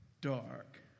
dark